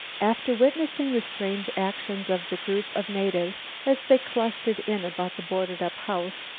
after witnessing the strange actions of the group of natives as they clustered in about the boarded-up house,